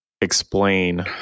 explain